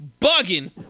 bugging